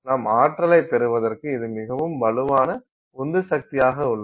நாம் ஆற்றலை பெறுவதற்கு இது மிகவும் வலுவான உந்து சக்தியாக உள்ளது